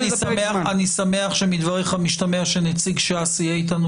אני שמח שמדבריך משתמע שנציג ש"ס יהיה איתנו